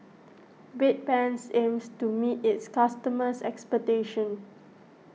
Bedpans aims to meet its customers' expectations